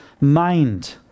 mind